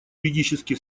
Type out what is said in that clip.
юридически